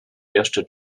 jeszcze